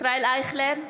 ישראל אייכלר,